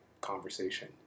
conversation